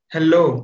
Hello